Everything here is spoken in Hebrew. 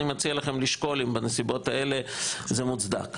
אני מציע לכם לשקול אם בנסיבות האלה זה מוצדק.